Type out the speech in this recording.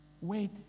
Wait